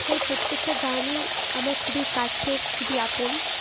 তাই প্রত্যেকটা গানই আমার খুবই কাছের খুবই আপন